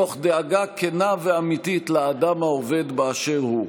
מתוך דאגה כנה ואמיתית לאדם העובד באשר הוא.